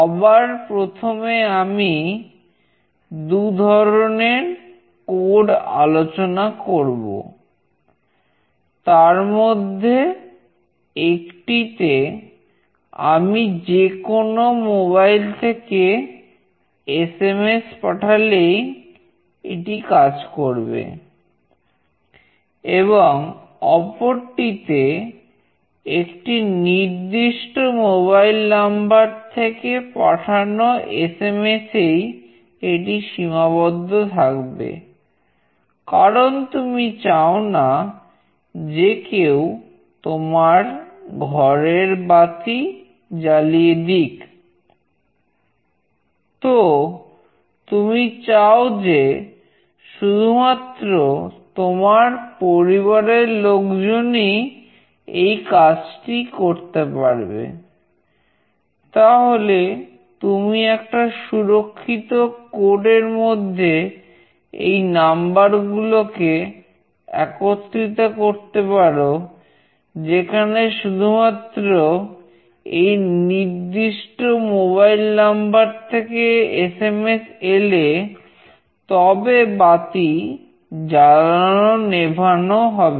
সবার প্রথমে আমি দুধরনের কোড এর মধ্যে এই নাম্বার গুলোকে একত্রিত করতে পারো যেখানে শুধুমাত্র নির্দিষ্ট মোবাইল নাম্বার থেকে এসএমএস এলে তবে বাতি জালানো নেভানো হবে